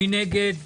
מי נגד?